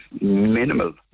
minimal